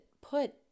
put